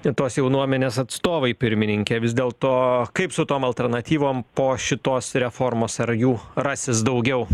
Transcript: lietuvos jaunuomenės atstovai pirmininke vis dėlto kaip su tom alternatyvom po šitos reformos ar jų rasis daugiau